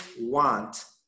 want